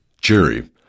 Jerry